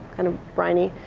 kind of briny.